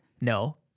no